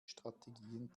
strategien